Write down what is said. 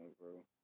bro